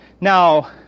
Now